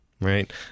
Right